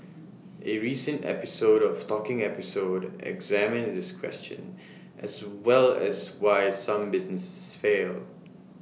A recent episode of talking episode examined this question as well as why some businesses fail